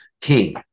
King